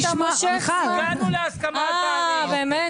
בסדר, הגענו להסכמה על תאריך.